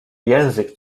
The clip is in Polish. język